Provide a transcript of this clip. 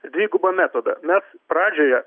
dvigubą metodą mes pradžioje